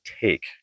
take